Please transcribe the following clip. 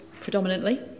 Predominantly